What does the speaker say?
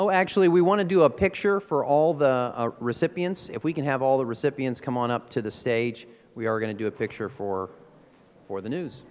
oh actually we want to do a picture for all the recipients if we can have all the recipients come on up to the stage we are going to do a picture for for the news